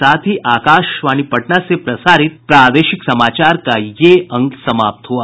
इसके साथ ही आकाशवाणी पटना से प्रसारित प्रादेशिक समाचार का ये अंक समाप्त हुआ